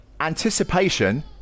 anticipation